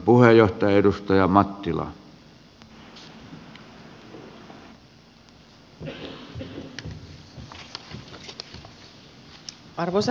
arvoisa herra puhemies